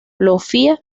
francesa